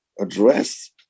address